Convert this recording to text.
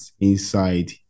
inside